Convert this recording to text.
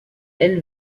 elle